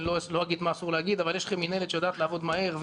אני לא אגיד מה שאסור להגיד אבל יש לכם מנהלת שיודעת לעבוד מהר,